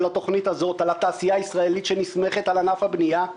התוכנית הזאת על התעשייה הישראלית שנסמכת על ענף הבנייה?